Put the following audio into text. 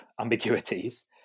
ambiguities